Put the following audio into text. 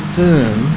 firm